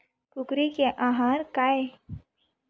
कुकरी के आहार काय?